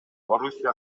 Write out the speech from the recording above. орусия